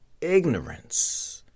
ignorance